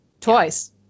Twice